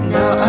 Now